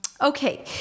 Okay